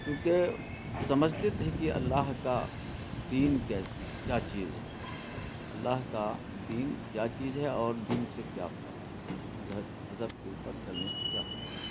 چونکہ سمجھتے تھے کہ اللہ کا دین کیا چیز ہے اللہ کا دین کیا چیز ہے اور دین سے کیا فائدہ ہے مذہب مذہب کے اوپر چلنے سے کیا فائدہ ہے